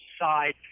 side